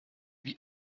wie